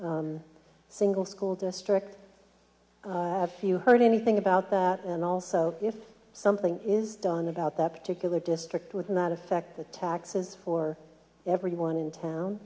single school district have you heard anything about that and also if something is done about that particular district within that affect the taxes for everyone in town